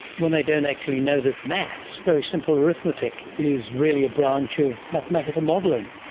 when they don't actually know that maths, very simple arithmetic, is really a branch of mathematical modelling?